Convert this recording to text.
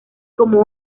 como